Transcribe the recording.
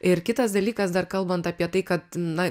ir kitas dalykas dar kalbant apie tai kad na